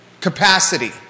capacity